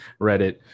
reddit